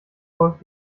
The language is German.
folgt